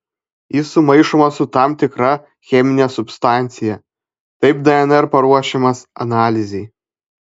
jis sumaišomas su tam tikra chemine substancija taip dnr paruošiamas analizei